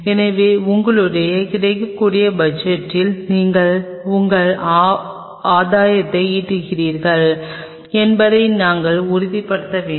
எனவே உங்களுடைய கிடைக்கக்கூடிய பட்ஜெட்டில் நீங்கள் உங்கள் ஆதாயத்தை ஈட்டுகிறீர்கள் என்பதை நாங்கள் உறுதிப்படுத்த வேண்டும்